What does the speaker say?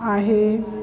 आहे